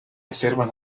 reservas